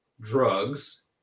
drugs